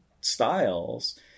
styles